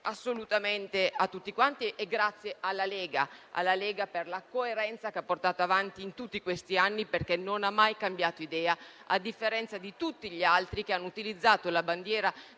Grazie quindi a tutti e alla Lega per la coerenza che ha portato avanti in tutti questi anni, perché non ha mai cambiato idea, a differenza di tutti gli altri che hanno utilizzato la bandiera